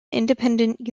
independent